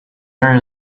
iron